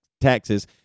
taxes